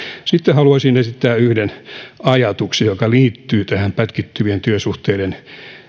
sitten haluaisin esittää yhden ajatuksen joka liittyy tähän pätkittyvien työsuhteiden